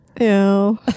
Ew